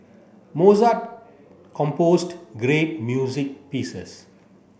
Mozart composed great music pieces